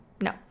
no